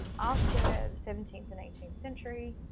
after the seventeenth and eighteenth century,